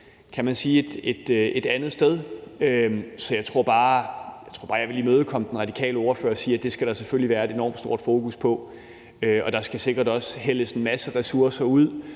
kan man sige, et andet sted, så jeg tror bare, jeg vil imødekomme den radikale ordfører og sige, at det skal der selvfølgelig være et enormt stort fokus på, og der skal sikkert også hældes en masse ressourcer ud